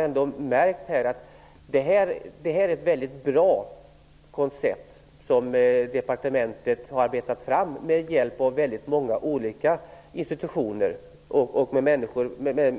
Jag har märkt att det är ett mycket bra koncept som departementet har arbetat fram med hjälp av många olika institutioner och människor med